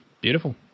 Beautiful